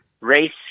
race